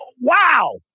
wow